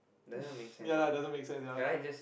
doesn't make sense what ya just